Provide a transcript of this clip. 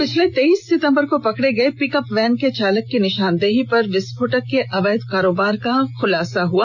पिछले तेईस सितंबर को पकड़े गए पिकअप वैन के चालक की निशानदेही पर विस्फोटक के अवैध कारोबार का खुलासा किया गया